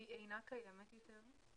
והיא אינה קיימת יותר?